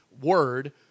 word